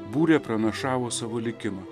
būrė pranašavo savo likimą